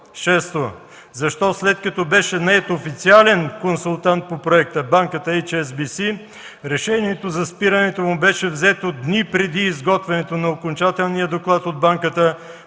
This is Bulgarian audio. Шесто, защо след като беше нает официален консултант по проекта – банката „Ейч Ес Би Си”, решението за спирането му беше взето дни преди изготвянето на окончателния доклад от банката,